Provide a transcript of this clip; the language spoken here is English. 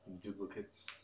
duplicates